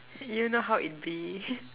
you know how it be